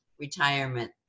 retirement